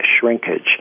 shrinkage